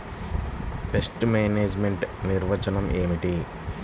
Pest management నిర్వచనం ఏమిటి?